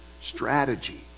strategy